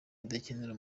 idakenera